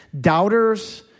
Doubters